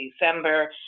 December